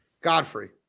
Godfrey